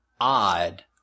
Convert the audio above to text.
odd